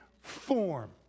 form